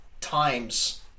times